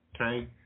Okay